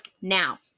now